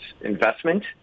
investment